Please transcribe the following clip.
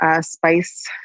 spice